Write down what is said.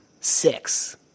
Six